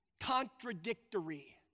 contradictory